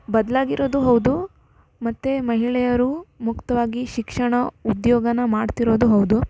ಬದಲಾಗಿರೋದು ಹೌದೂ ಮತ್ತು ಮಹಿಳೆಯರು ಮುಕ್ತವಾಗಿ ಶಿಕ್ಷಣ ಉದ್ಯೋಗ ಮಾಡ್ತಿರೋದು ಹೌದು